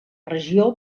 regió